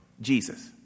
Jesus